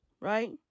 right